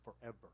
forever